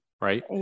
right